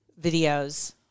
videos